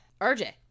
RJ